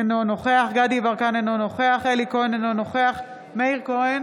אינו נוכח דסטה גדי יברקן, אינו נוכח אלי כהן,